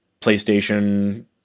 PlayStation